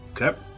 Okay